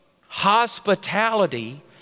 Hospitality